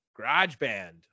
GarageBand